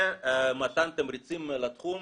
ומתן תמריצים לתחום.